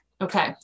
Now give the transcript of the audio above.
Okay